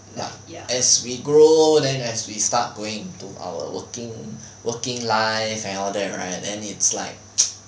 but as we grow then as we start going into our working working life and all that right then it's like